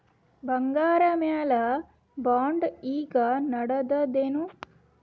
ಬಂಗಾರ ಮ್ಯಾಲ ಬಾಂಡ್ ಈಗ ನಡದದೇನು?